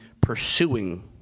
pursuing